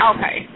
Okay